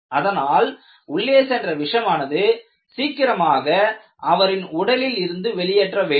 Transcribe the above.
அதனால் உள்ளே சென்ற விஷமானது சீக்கிரமாக அவரின் உடலில் இருந்து வெளியேற்ற வேண்டும்